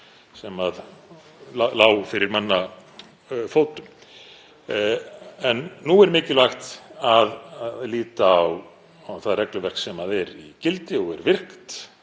sem lá fyrir manna fótum. En nú er mikilvægt að líta á það regluverk sem er í gildi og er virkt,